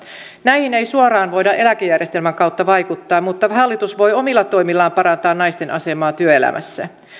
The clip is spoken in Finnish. näihin ei suoraan voida eläkejärjestelmän kautta vaikuttaa mutta hallitus voi omilla toimillaan parantaa naisten asemaa työelämässä